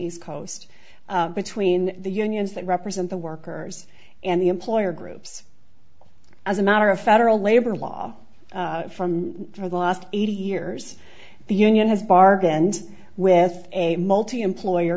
east coast between the unions that represent the workers and the employer groups as a matter of federal labor law from for the last eighty years the union has bargained with a multi employer